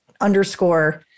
underscore